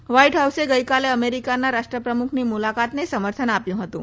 tight હાઉસે ગઇકાલે અમેરિકાના રાષ્ટ્રપ્રમુખની મુલાકાતને સમર્થન આપ્યું હતું